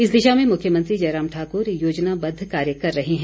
इस दिशा में मुख्यमंत्री जयराम ठाकुर योजनाबद्व कार्य कर रहे हैं